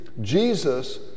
Jesus